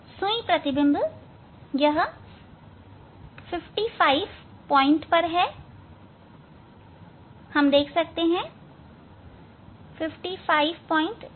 सुई प्रतिबिंब 55 बिंदु पर है मैं देख सकता हूं 558